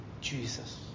Jesus